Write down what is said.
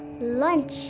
lunch